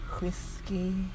Whiskey